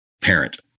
parent